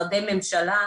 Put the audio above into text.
משרדי ממשלה,